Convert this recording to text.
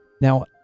Now